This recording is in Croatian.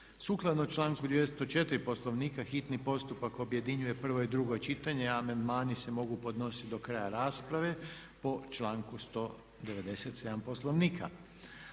Sukladno članku 204. Poslovnika hitni postupak objedinjuje prvo i drugo čitanje a amandmani se mogu podnositi do kraja rasprave prema članku 197. Poslovnika.